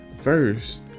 First